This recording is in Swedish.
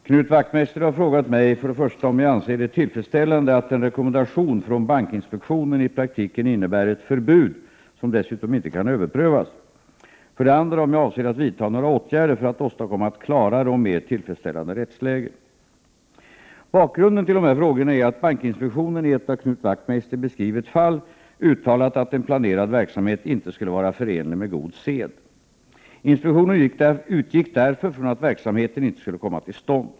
Herr talman! Knut Wachtmeister har frågat mig för det första om jag anser det tillfredsställande att en rekommendation från bankinspektionen i praktiken innebär ett förbud som dessutom inte kan överprövas och för det andra om jag avser att vidta några åtgärder för att åstadkomma ett klarare och mer tillfredsställande rättsläge. Bakgrunden till dessa frågor är att bankinspektionen i ett av Knut Wachtmeister beskrivet fall uttalat att en planerad verksamhet inte skulle vara förenlig med god sed. Inspektionen utgick därför från att verksamheten inte skulle komma till stånd.